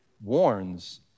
warns